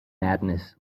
madness